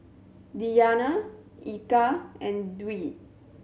Diyana Eka and Dwi